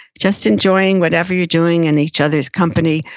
just enjoying whatever you're doing in each other's company.